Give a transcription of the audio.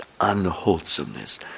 unwholesomeness